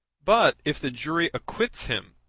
but if the jury acquits him,